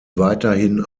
weiterhin